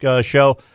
show